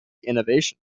innovations